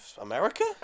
america